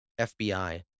FBI